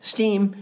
Steam